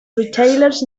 retailers